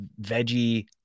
veggie